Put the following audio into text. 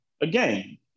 again